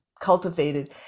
cultivated